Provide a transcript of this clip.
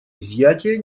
изъятия